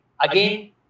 again